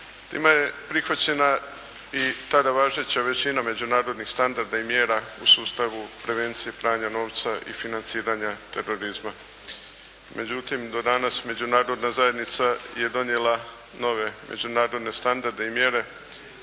Time je prihvaćena i tada važeća većina međunarodnih standarda i mjera u sustavu prevencije pranja novca i financiranja terorizma. Međutim, do danas Međunarodna zajednica je donijela nove međunarodne standarde i mjere